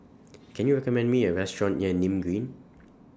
Can YOU recommend Me A Restaurant near Nim Green